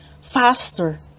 faster